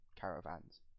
caravans